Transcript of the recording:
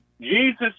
Jesus